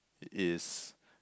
is